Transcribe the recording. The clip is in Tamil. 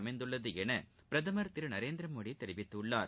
அமைந்துள்ளது என பிரதமர் திரு நரேந்திரமோடி தெரிவித்துள்ளார்